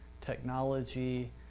technology